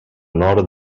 nord